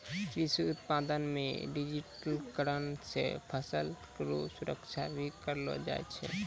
कृषि उत्पादन मे डिजिटिकरण से फसल रो सुरक्षा भी करलो जाय छै